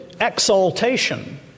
exaltation